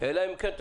אלא אם כן,